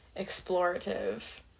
explorative